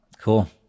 Cool